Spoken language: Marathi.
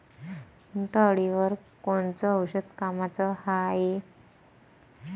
उंटअळीवर कोनचं औषध कामाचं हाये?